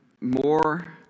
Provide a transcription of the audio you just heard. more